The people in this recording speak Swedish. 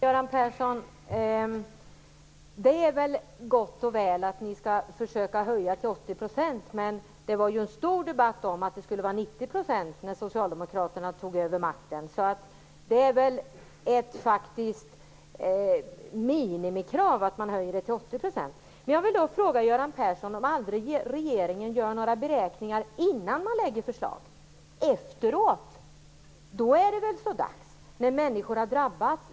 Fru talman! Det är väl gott och väl att ni skall försöka höja a-kassan till 80 %, Göran Persson, men det debatterades mycket att ersättningen skulle vara 90 % när socialdemokraterna tog över makten. Det är faktiskt ett minimikrav att ersättningen höjs till 80 %. Jag vill fråga Göran Persson om regeringen aldrig gör några beräkningar innan man lägger fram förslag. Efteråt, när människor har drabbats, är det så dags!